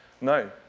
No